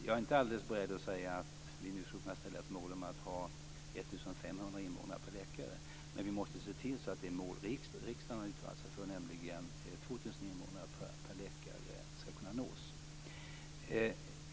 Jag är inte beredd att säga att vi nu skulle kunna ställa upp ett mål om 1 500 invånare per läkare, men vi måste se till att det mål riksdagen har uttalat sig för, nämligen 2 000 invånare per läkare, skall kunna nås.